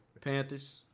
Panthers